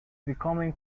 becoming